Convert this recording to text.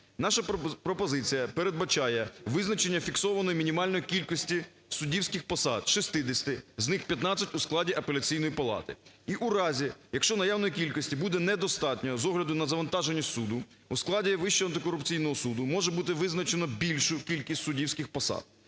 наша пропозиція передбачає визначення фіксованої мінімальної кількості суддівських посад – 60-и, з них 15 у складі Апеляційної палати. І у разі, якщо наявної кількості буде недостатньо з огляду на завантаження суду, у складі Вищого антикорупційного суду може бути визначено більшу кількість суддівських посад.